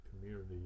community